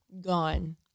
Gone